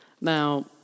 Now